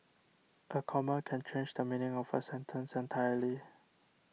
a comma can change the meaning of a sentence entirely